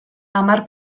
hamar